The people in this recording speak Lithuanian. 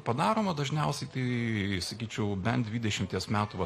padaroma dažniausiai tai sakyčiau bent dvidešimties metų va